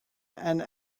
and